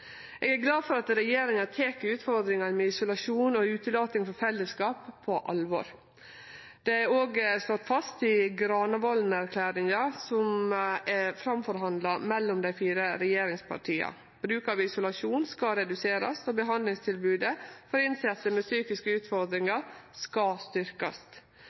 Eg er glad for at regjeringa tek utfordringa med isolasjon og utelating frå fellesskap på alvor. Det er òg slått fast i Granavolden-plattforma, som er forhandla fram mellom dei fire regjeringspartia. Bruk av isolasjon skal reduserast, og behandlingstilbodet for innsette med psykiske utfordringar skal